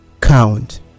count